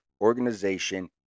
Organization